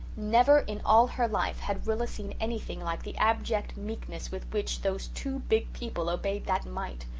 never, in all her life, had rilla seen anything like the abject meekness with which those two big people obeyed that mite.